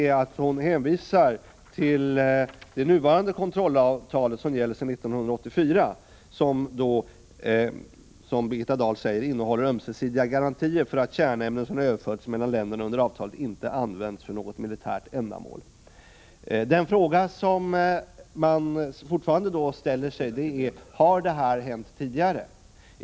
I sitt svar hänvisar Birgitta Dahl till det nuvarande kontrollavtalet, som gäller sedan 1984 och innehåller ”ömsesidiga garantier för att kärnämnen som har överförts mellan länderna Den fråga som man då fortfarande ställer sig är: Har detta hänt tidigare?